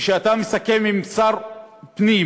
כשאתה מסכם עם שר הפנים